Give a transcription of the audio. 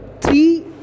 three